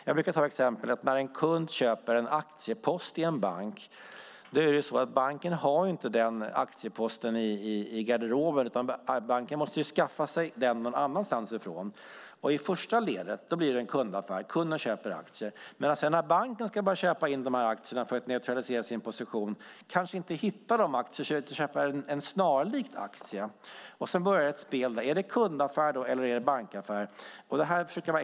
Jag brukar ta ett exempel: När en kund köper en aktiepost i en bank har inte banken aktieposten i garderoben, utan banken måste skaffa sig den någon annanstans. I första ledet blir det en kundaffär; kunden köper aktier. När banken ska börja köpa in dessa aktier för att neutralisera sin position kanske den inte hittar dem utan köper en snarlik aktie. Då börjar ett spel. Är det då en kundaffär eller en bankaffär?